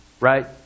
right